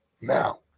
Now